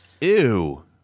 Ew